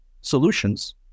solutions